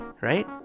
right